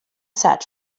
set